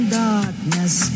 darkness